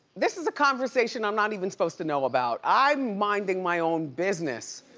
this is a conversation i'm not even supposed to know about. i'm minding my own business.